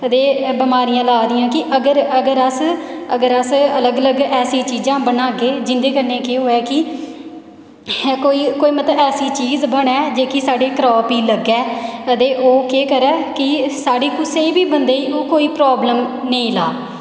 ते बमारियां ला दियां कि अगर अगर अस अगर अस अलग अलग ऐसियां चीजां बनाहगे जिंदे कन्नै केह् हऐ कि कोई मतलब कोई ऐसी चीज बनै जेह्की साढ़ी क्राप गी लग्गै कदें ओह् केह् करै कि साढ़े कुसै बी बंदे गी ओह् कोई प्राब्लम नेईं ला